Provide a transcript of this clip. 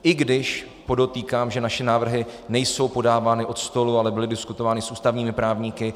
I když podotýkám, že naše návrhy nejsou podávány od stolu, ale byly diskutovány s ústavními právníky.